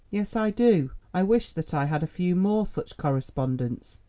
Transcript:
yes, i do. i wish that i had a few more such correspondents.